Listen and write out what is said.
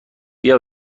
بیا